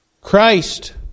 Christ